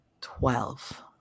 twelve